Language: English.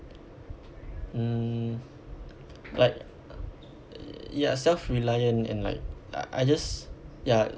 mm like ya self-reliant and like I just ya